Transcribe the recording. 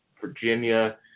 Virginia